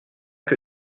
que